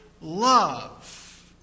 love